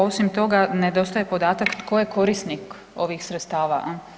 Osim toga nedostaje podatak tko je korisnik ovih sredstava.